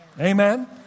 Amen